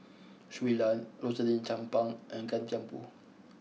Shui Lan Rosaline Chan Pang and Gan Thiam Poh